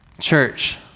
Church